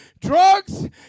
drugs